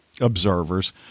observers